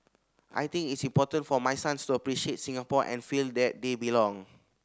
I think its important for my sons to appreciate Singapore and feel that they belong